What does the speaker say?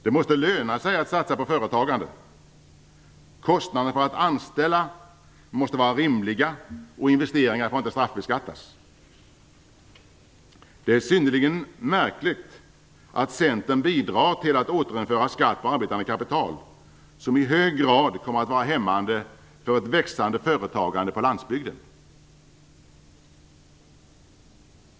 Det måste löna sig att satsa på företagande. Kostnaderna för att anställa måste vara rimliga och investeringar får inte straffbeskattas. Det är synnerligen märkligt att Centern bidrar till att återinföra skatt på arbetande kapital. Det kommer i hög grad att vara hämmande för ett växande företagande på landsbygden.